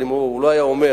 אבל אם הוא לא היה אומר